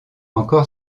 encore